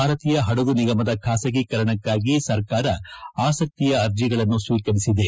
ಭಾರತೀಯ ಪಡಗು ನಿಗಮದ ಖಾಸಗೀಕರಣಕ್ಕಾಗಿ ಸರ್ಕಾರ ಆಸಕ್ತಿಯ ಅರ್ಜಿಗಳನ್ನು ಸ್ನೀಕರಿಸಿದೆ